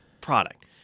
product